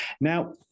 Now